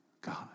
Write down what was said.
God